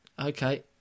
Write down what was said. Okay